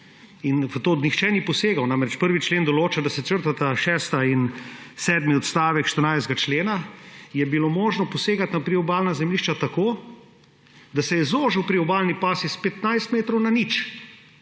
in v to nihče ni posegal, namreč 1. člen določa, da se črtata šesti in sedmi odstavek 14. člena, je bilo možno posegati na priobalna zemljišča tako, da se je zožil priobalni pas s 15 metrov na nič.